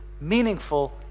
meaningful